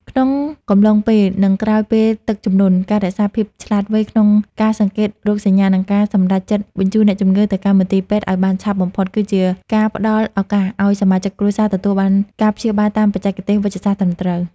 ក្នុងកំឡុងពេល និងក្រោយពេលទឹកជំនន់ ការរក្សាភាពឆ្លាតវៃក្នុងការសង្កេតរោគសញ្ញា និងការសម្រេចចិត្តបញ្ជូនអ្នកជំងឺទៅកាន់មន្ទីរពេទ្យឱ្យបានឆាប់បំផុត គឺជាការផ្តល់ឱកាសឱ្យសមាជិកគ្រួសារទទួលបានការព្យាបាលតាមបច្ចេកទេសវេជ្ជសាស្ត្រត្រឹមត្រូវ។